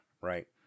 right